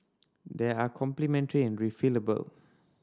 they are complementary and refillable